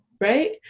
right